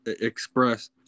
express